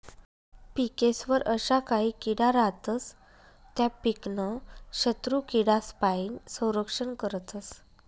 पिकेस्वर अशा काही किडा रातस त्या पीकनं शत्रुकीडासपाईन संरक्षण करतस